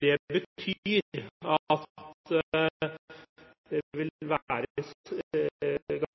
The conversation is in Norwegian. det si at det vil være